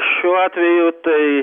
šiuo atveju tai